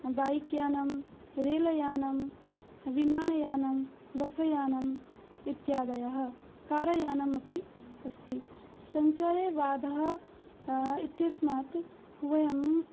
bike यानं rail यानं विमानयानं वस् यानम् इत्यादयः कार यानमपि अस्ति सञ्चारे वाधः इत्यस्मात् वयं